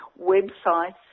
websites